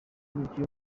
umukinnyi